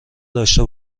داشته